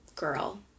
girl